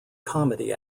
comedy